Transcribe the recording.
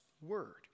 word